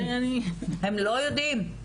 הם לא יודעים.